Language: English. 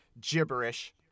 gibberish